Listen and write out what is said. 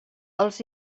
els